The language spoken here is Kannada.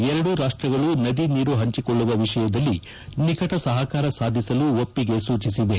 ಎರಡೂ ರಾಷ್ಟಗಳ ನದಿ ನೀರು ಪಂಚಿಕೊಳ್ಳುವ ವಿಷಯದಲ್ಲಿ ನಿಕಟ ಸಹಕಾರ ಸಾಧಿಸಲು ಒಪ್ಪಿಗೆ ಸೂಚಿಸಿವೆ